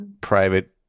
private